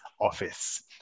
office